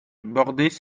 bordaient